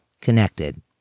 connected